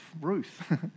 Ruth